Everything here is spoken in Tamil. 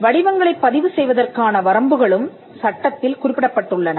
வடிவங்களைப் பதிவு செய்வதற்கான வரம்புகளும் சட்டத்தில் குறிப்பிடப்பட்டுள்ளன